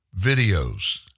videos